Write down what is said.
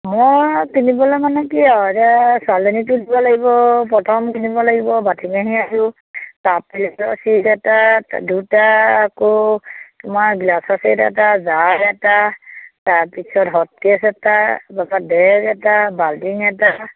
মই কিনিবলৈ মানে কি আৰু এতিয়া ছোৱালীজনীটো দিব লাগিব প্ৰথম কিনিব লাগিব আৰু কাপ প্লেটৰ ছেট এটা দুটা আকৌ তোমাৰ গিলাছৰ ছেট এটা জাৰ এটা তাৰপিছত হটকেছ এটা পাছত বেগ এটা বাল্টিংএটা